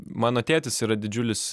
mano tėtis yra didžiulis